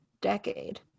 decade